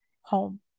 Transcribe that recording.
home